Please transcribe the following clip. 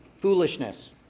Foolishness